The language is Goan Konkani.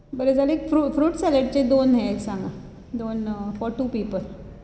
बरें आनीक फ्रूट सॅलडचे दोन हें सांगात दोन फॉर टू पिपल